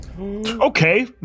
Okay